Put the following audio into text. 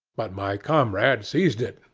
but my comrade seized it,